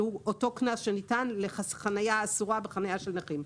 שהוא אותו קנס שניתן לחניה אסורה בחניה של נכים.